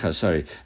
Sorry